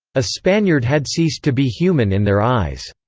a spaniard had ceased to be human in their eyes.